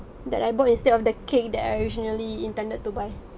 that I bought instead of the cake that I originally intended to buy